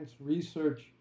research